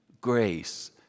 grace